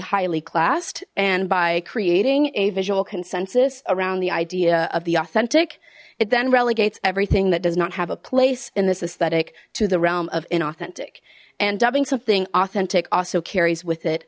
highly classed and by creating a visual consensus around the idea of the authentic it then relegates everything that does not have a place in this aesthetic to the realm of inauthentic and dubbing something authentic also carries with it